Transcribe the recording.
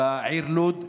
בעיר לוד.